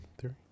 theory